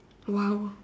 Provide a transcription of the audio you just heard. !wow!